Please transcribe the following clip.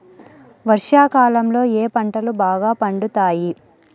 వర్షాకాలంలో ఏ పంటలు బాగా పండుతాయి?